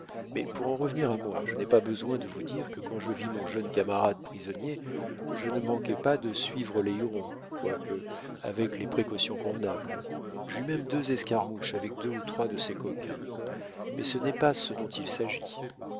mais pour en revenir à moi je n'ai pas besoin de vous dire que quand je vis mon jeune camarade prisonnier je ne manquai pas de suivre les hurons quoique avec les précautions convenables j'eus même deux escarmouches avec deux ou trois de ces coquins mais ce n'est pas ce dont il s'agit